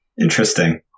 Interesting